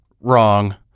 Wrong